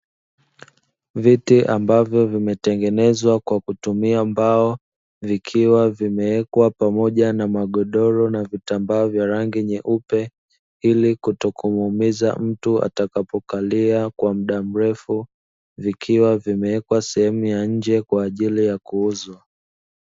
Viti ambavyo vimetengenezwa kwakutumia mbao, vikiwa vimewekwa pamoja na magodoro na vitambaa vya rangi nyeupe ili kutokumuumiza mtu atakapo Kalia kwa muda mrefu, vikiwa vimewekwa sehemu ya nje kwaajili yakuuzwa.